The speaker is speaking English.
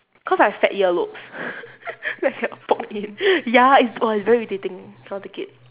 cause I have fat earlobes so I cannot poke in ya it's !wah! it's very irritating cannot take it